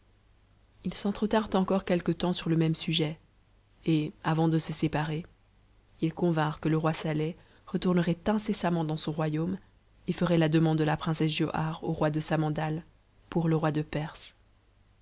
us s'entretinrent encore quelque temps sur le même sujet et avant de se séparer ils vinrent que le roi saleh retournerait incessamment dans son royaume et ferait la demande de la princesse giauhare au roi de samandal pou roi de perse